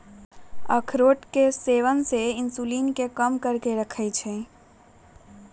अखरोट के सेवन इंसुलिन के कम करके रखा हई